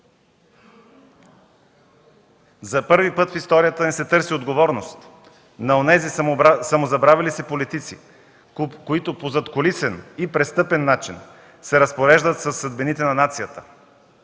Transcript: За първи път в историята ни се търси отговорност на онези самозабравили се политици, които по задкулисен и престъпен начин се разпореждат със съдбините на нацията.